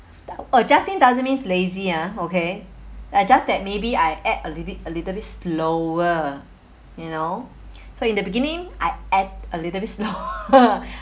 adjusting doesn't means lazy ah okay ah just that maybe I act a little bit a little bit slower you know so in the beginning I act a little bit slower